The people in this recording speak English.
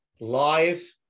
live